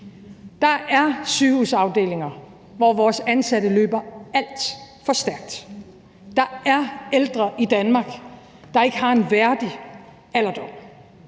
der er sygehusafdelinger, hvor vores ansatte løber alt for stærkt; der er ældre i Danmark, der ikke har en værdig alderdom,